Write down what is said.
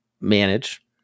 manage